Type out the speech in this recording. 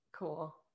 Cool